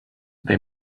they